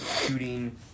shooting